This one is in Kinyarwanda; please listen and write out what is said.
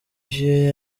ivyo